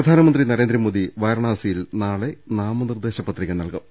പ്രധാനമന്ത്രി നരേന്ദ്രമോദി വാരണാസിയിൽ നാളെ നാമനിർദ്ദേ ശപത്രിക നൽകും